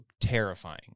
terrifying